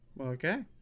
Okay